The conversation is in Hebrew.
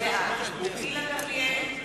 בעד גילה גמליאל,